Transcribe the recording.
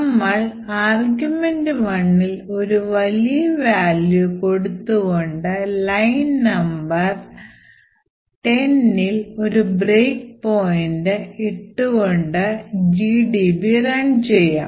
നമ്മൾ argv1ൽ ഒരു വലിയ വാല്യൂ കൊടുത്തു കൊണ്ടും ലൈൻ നമ്പർ 10 ഇൽ ഒരു ബ്രേക്ക് പോയിൻറ് ഇട്ടു കൊണ്ടുംGDB റൺ ചെയ്യാം